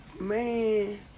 man